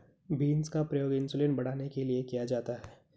beans का प्रयोग insulin बढ़ाने के लिए किया जाता है